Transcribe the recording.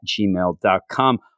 gmail.com